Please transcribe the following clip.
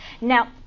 Now